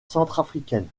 centrafricaine